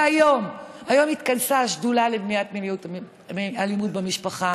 והיום התכנסה השדולה למניעת אלימות במשפחה